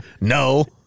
No